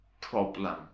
problem